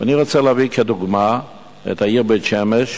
אני רוצה להביא כדוגמה את העיר בית-שמש.